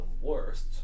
worst